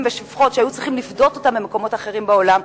ושפחות שהיו צריכים לפדות אותם ממקומות אחרים בעולם,